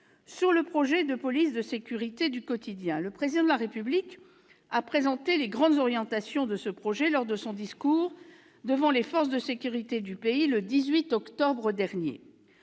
Sur le projet de police de sécurité du quotidien, le Président de la République a présenté les grandes orientations de ce projet lors de son discours devant les forces de sécurité du pays, le 18 octobre dernier.